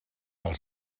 pel